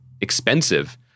expensive